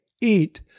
eat